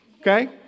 Okay